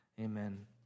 Amen